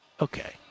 Okay